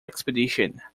expedition